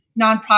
nonprofit